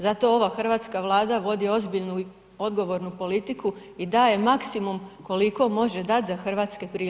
Zato ova Hrvatska vlada vodi ozbiljnu i odgovornu politiku i daje maksimum koliko može dati za hrvatske prilike.